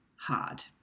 hard